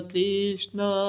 Krishna